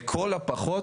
לכל הפחות,